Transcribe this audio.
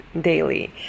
daily